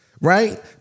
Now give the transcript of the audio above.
right